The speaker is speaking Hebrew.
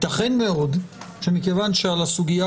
יתכן מאוד שמכיוון שיש מחלוקת על הסוגיה